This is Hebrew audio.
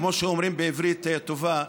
כמו שאומרים בעברית טובה,